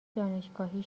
دانشگاهی